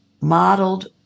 modeled